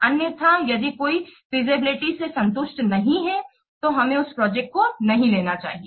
अन्यथा यदि कोई फीजिबिलिटी से संतुष्ट नहीं है तो हमें उस प्रोजेक्ट को नहीं लेना चाहिए